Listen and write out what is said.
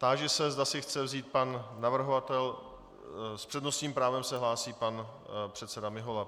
Táži se, zda si chce vzít pan navrhovatel s přednostním právem se hlásí pan předseda Mihola.